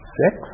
six